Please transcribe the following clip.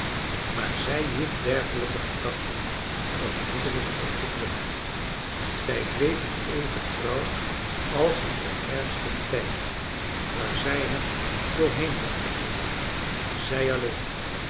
maar zg joeg dergelijke gedachten onmiddellijk op de vlucht zij bleef hem even trouw als in den ergsten tijd waar zij hem doorheen had geholpen zij alleen